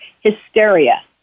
Hysteria